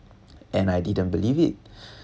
and I didn't believe it